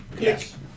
Yes